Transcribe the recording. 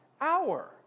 hour